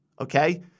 Okay